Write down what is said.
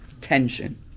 tension